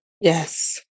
Yes